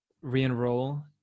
re-enroll